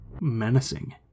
menacing